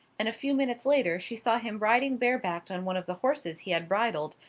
and a few minutes later she saw him riding barebacked on one of the horses he had bridled,